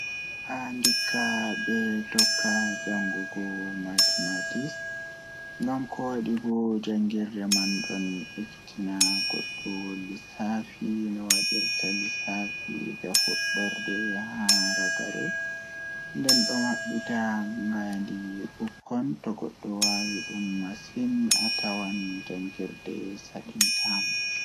Ah ndikka ɓe tokka jangugo mathmatics Ko sabu ngoodi e ɗum, yimɓe foti waawi sosde ɗum, e tawti laawol e nder caɗeele. Mathematics nafa koo fiyaama e nder keewɗi, kadi ko ɗum hokkata noyiɗɗo e tareeji woppitaaki. Kono, waɗde mathematics no waawi njama ko moƴƴi faami, heɓugol firtiiɗo ngal hayɓe.